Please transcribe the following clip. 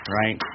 right